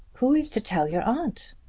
who is to tell your aunt?